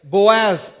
Boaz